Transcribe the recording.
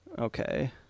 Okay